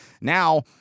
Now